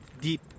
deep